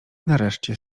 nareszcie